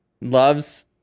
loves